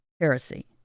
heresy